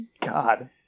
God